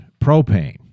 propane